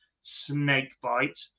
Snakebite